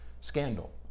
scandal